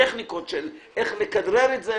איך לא ידפקו אותי.